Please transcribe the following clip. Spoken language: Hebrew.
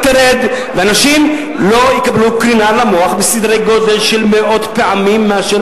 תרד ואנשים לא יקבלו קרינה למוח בסדרי-גודל של מאות פעמים יותר מאשר